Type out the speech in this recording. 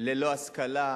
ללא השכלה,